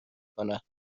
کند